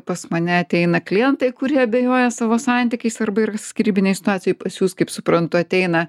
pas mane ateina klientai kurie abejoja savo santykiais arba yra skyrybinėj situacijoj pas jus kaip suprantu ateina